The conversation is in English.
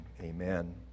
Amen